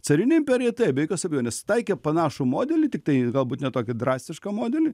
carinė imperija taip be jokios abejonės taikė panašų modelį tiktai galbūt ne tokį drastišką modelį